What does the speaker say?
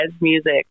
music